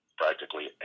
practically